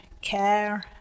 care